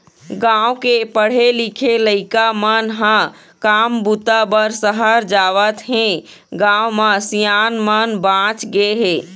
गाँव के पढ़े लिखे लइका मन ह काम बूता बर सहर जावत हें, गाँव म सियान मन बाँच गे हे